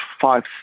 five